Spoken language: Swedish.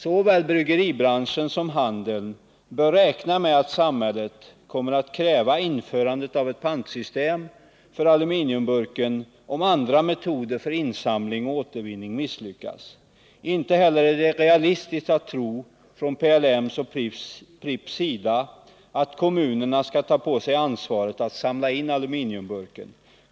Såväl bryggeribranschen som handeln bör räkna med att samhället kommer att kräva införandet av ett pantsystem för aluminiumburken om andra metoder för insamling och återvinning misslyckas. Inte heller är det realistiskt av PLM och Pripps att tro att kommunerna skall ta på sig ansvaret för att samla in aluminiumburkarna.